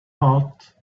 heart